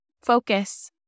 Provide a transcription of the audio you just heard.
focus